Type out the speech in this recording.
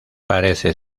parece